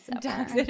Dogs